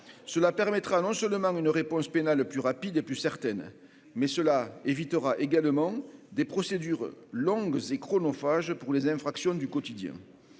cela permettra non seulement une réponse pénale plus rapide et plus certaines mais cela évitera également des procédures longues et chronophage pour les infractions du quotidien,